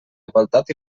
igualtat